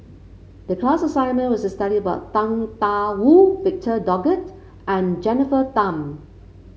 the class assignment was to study about Tang Da Wu Victor Doggett and Jennifer Tham